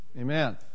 amen